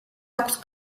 აქვს